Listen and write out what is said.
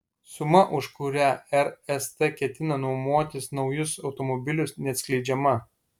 suma už kurią rst ketina nuomotis naujus automobilius neatskleidžiama